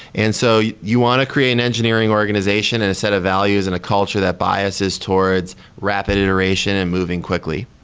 and so you want to create an engineering organization and a set of values in a culture that biases towards rapid iteration and moving quickly.